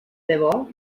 debò